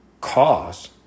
Cause